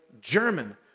German